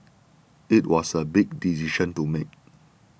it was a big decision to make